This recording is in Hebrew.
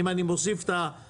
אם אני מוסיף את רוסיה,